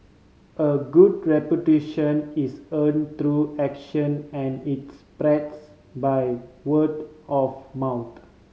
a good reputation is earn through action and its price by word of mouth